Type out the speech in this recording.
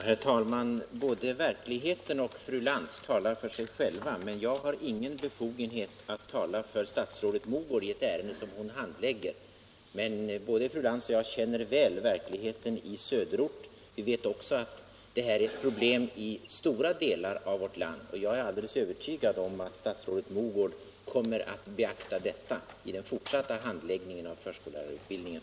Herr talman! Både verkligheten och fru Lantz talar för sig själva, men jag har ingen befogenhet att tala för statsrådet Mogård i ett ärende som hon handlägger. Men både fru Lantz och jag känner väl till förhållandena i söderort. Vi vet också att motsvarande problem finns i stora delar av vårt land, och jag är alldeles övertygad om att statsrådet Mogård kommer att beakta detta i den fortsatta handläggningen av förskollärarutbildningen.